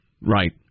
right